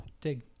dig